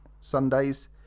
Sundays